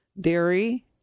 dairy